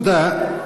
תודה.